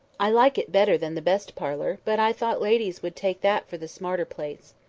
i like it better than the best parlour but i thought ladies would take that for the smarter place.